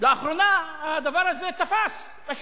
לאחרונה הדבר הזה תפס בשוק.